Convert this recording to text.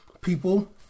people